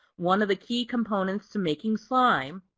one of the key components to making slime,